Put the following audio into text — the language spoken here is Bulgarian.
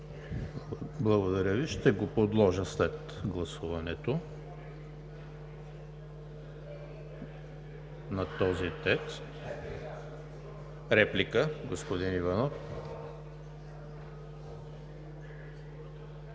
Благодаря Ви. Ще го подложа след гласуването на този текст. Реплика – господин Иванов.